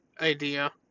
idea